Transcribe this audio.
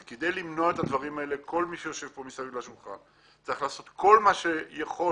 כל מי שיושב פה סביב השולחן צריך לעשות כל מה שהוא יכול